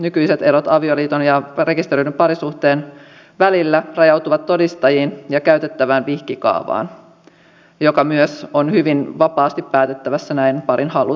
nykyiset erot avioliiton ja rekisteröidyn parisuhteen välillä rajautuvat todistajiin ja käytettävään vihkikaavaan joka myös on hyvin vapaasti päätettävissä näin parin halutessa